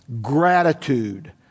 gratitude